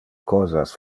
cosas